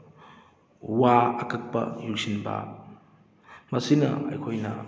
ꯋꯥ ꯑꯀꯛꯄ ꯌꯨꯡꯁꯤꯟꯕ ꯃꯁꯤꯅ ꯑꯩꯈꯣꯏꯅ